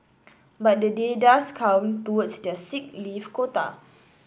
but the day does count towards their sick leave quota